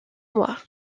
mois